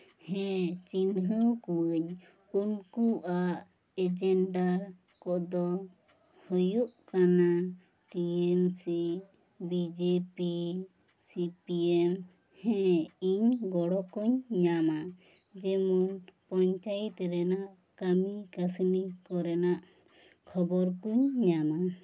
ᱦᱮᱸ ᱪᱤᱱᱦᱟᱹ ᱠᱩᱣᱟᱧ ᱩᱱᱠᱩᱣᱟᱜ ᱮᱡᱮᱱᱰᱟ ᱠᱚᱫᱚ ᱦᱩᱭᱩᱜ ᱠᱟᱱᱟ T M C B J P C P M ᱦᱮᱸ ᱤᱧ ᱜᱚᱲᱚ ᱠᱚᱧ ᱧᱟᱢᱟ ᱡᱮᱢᱚᱱ ᱯᱚᱧᱪᱟᱭᱮᱛ ᱨᱮᱱᱟᱜ ᱠᱟᱹᱢᱤ ᱠᱟ ᱥᱱᱤ ᱠᱚᱨᱮᱱᱟᱜ ᱠᱷᱚᱵᱚᱨ ᱠᱚ ᱧᱟᱢᱟ